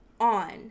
on